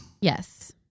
Yes